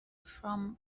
from